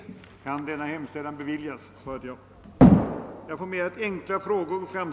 tänkandet »Ett renare samhälle».